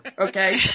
Okay